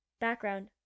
Background